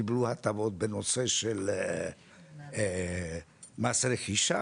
קיבלו הטבות בנושא של מס רכישה,